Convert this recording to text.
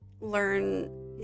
learn